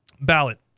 ballot